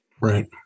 right